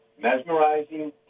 mesmerizing